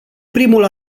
primul